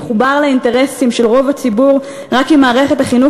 מחובר לאינטרסים של רוב הציבור רק אם מערכת החינוך